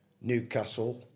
Newcastle